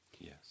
Yes